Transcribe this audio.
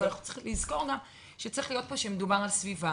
אבל אנחנו צריכים לזכור גם שמדובר על סביבה.